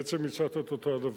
בעצם הצעת את אותו דבר.